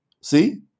See